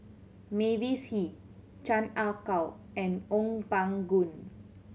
Mavis Hee Chan Ah Kow and Ong Pang Goon